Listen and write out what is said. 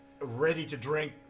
ready-to-drink